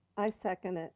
i second it.